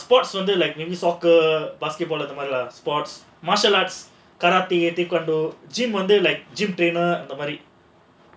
ah ah sports வந்து:vandhu like maybe soccer basketball அந்த மாதிரி:andha maadhiri martial arts karate அந்த மாதிரி:andha maadhiri